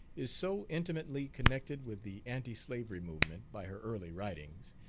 is so intimately connected with the anti-slavery movement, by her early writings,